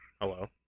Hello